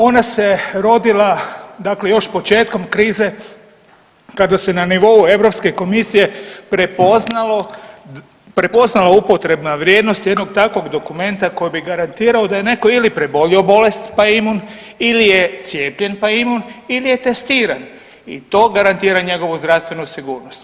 Ona se rodila, dakle još početkom krize kada se na nivou EU komisije prepoznalo, prepoznala upotrebna vrijednost jednog takvog dokumenta koji bi garantirao da je netko ili prebolio bolest pa je imun ili je cijepljen pa je imun ili je testiran i to garantira njegovu zdravstvenu sigurnost.